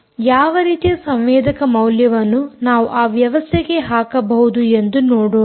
ಮತ್ತು ಯಾವ ರೀತಿಯ ಸಂವೇದಕ ಮೌಲ್ಯವನ್ನು ನಾವು ಆ ವ್ಯವಸ್ಥೆಗೆ ಹಾಕಬಹುದು ಎಂದು ನೋಡೋಣ